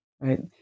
Right